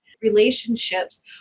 Relationships